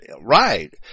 right